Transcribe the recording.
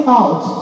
out